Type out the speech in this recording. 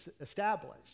established